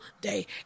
day